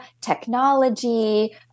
technology